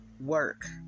work